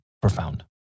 profound